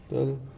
kan